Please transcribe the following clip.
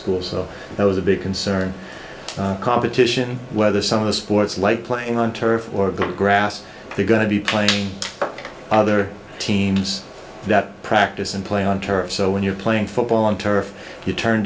school so that was a big concern competition whether some of the sports like playing on turf or grass they're going to be playing other teams that practice and play on turf so when you're playing football on turf you turn